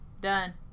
Done